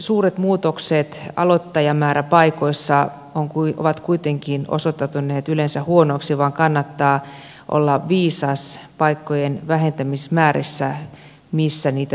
suuret muutokset aloituspaikkamäärissä ovat kuitenkin osoittautuneet yleensä huonoiksi joten kannattaa olla viisas paikkojen vähentämismäärissä missä vähennyksiä tehdäänkin